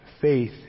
faith